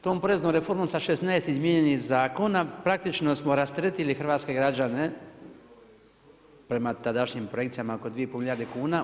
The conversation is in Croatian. Tom poreznom reformom sa 16. izmijenjen je zakon, a praktično smo rasteretili hrvatske građane prema tadašnjim projekcijama oko 2 i pol milijarde kuna.